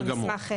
אנחנו נשמח.